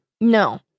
No